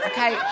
Okay